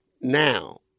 now